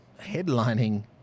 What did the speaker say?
headlining